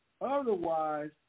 Otherwise